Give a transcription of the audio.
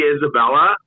Isabella